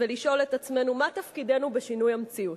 ולשאול את עצמנו מה תפקידנו בשינוי המציאות.